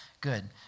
Good